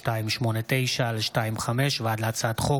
פ/4289/25 וכלה בהצעת חוק